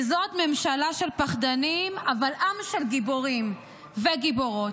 כי זאת ממשלה של פחדנים אבל עם של גיבורים וגיבורות.